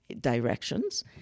directions